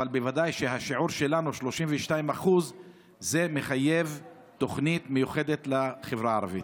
אבל בוודאי ששיעור של 32% מחייב תוכנית נפרדת לחברה הערבית.